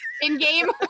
in-game